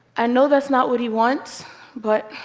and know that's not what he wants but,